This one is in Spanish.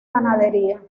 ganadería